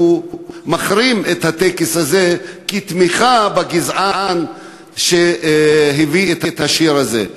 והוא מחרים את הטקס הזה כתמיכה בגזען שהביא את השיר הזה.